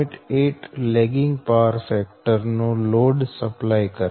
8 lagging power factor નો load supply કરે છે